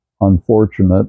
unfortunate